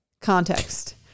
Context